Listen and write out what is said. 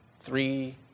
three